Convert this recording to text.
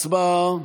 הצבעה.